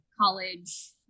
college